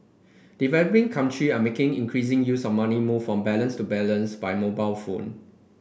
developing country are making increasing use of money moved from balance to balance by mobile phone